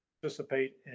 participate